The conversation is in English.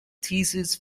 thesis